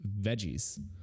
veggies